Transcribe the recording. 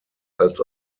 als